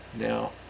Now